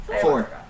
Four